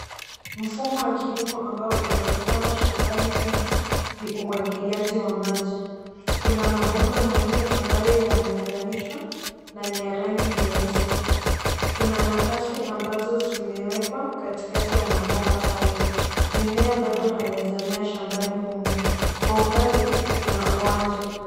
Mfumo wa kilimo ambao unaonekana shambani humu ni umwagiliaji wa maji. kuna mabomba manne ambayo yameunganishwa na ni ya rangi nyeusi. Kuna nafasi ambazo zimewekwa katikati ya mabomba hayo. mimea bado hayajamea shambani humu. Kwa umbali kuna uwanja.